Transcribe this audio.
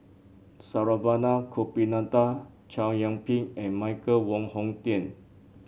Saravanan Gopinathan Chow Yian Ping and Michael Wong Hong Teng